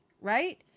right